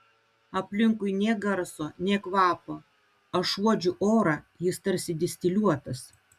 aplinkui nė garso nė kvapo aš uodžiu orą jis tarsi distiliuotas